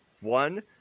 One